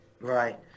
Right